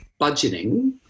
budgeting